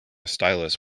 stylus